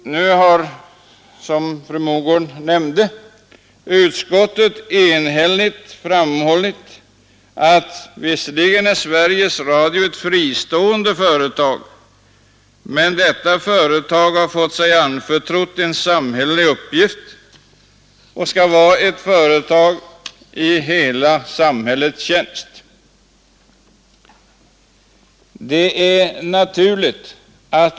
Nu har, som fru Mogård nämnde, utskottet enhälligt framhållit att Sveriges Radio visserligen är ett fristående företag, men att detta företag har fått sig anförtrott en samhällelig uppgift och skall vara ett företag i hela samhällets tjänst.